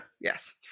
yes